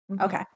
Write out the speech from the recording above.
okay